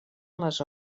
les